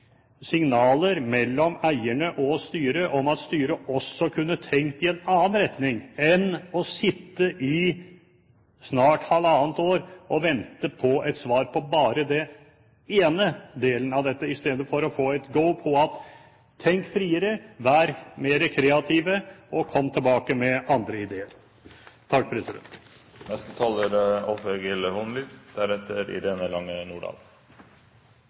signaler mellom eierne og styret om at styret også kunne tenkt i en annen retning enn å sitte i snart halvannet år og vente på et svar på bare den ene delen av dette i stedet for å få et «go»: Tenk friere, vær mer kreative, og kom tilbake med andre ideer. Statkraft er eit viktig selskap, og det er